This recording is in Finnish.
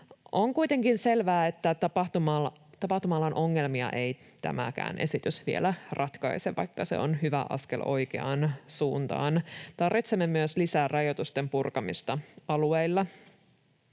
On kuitenkin selvää, että tapahtuma-alan ongelmia ei tämäkään esitys vielä ratkaise, vaikka se on hyvä askel oikeaan suuntaan. Tarvitsemme myös lisää rajoitusten purkamista alueilla.